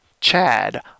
Chad